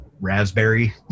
raspberry